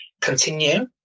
continue